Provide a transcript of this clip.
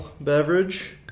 beverage